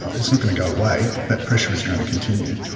it's not going to go away. that pressure is going to continue.